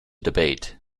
debate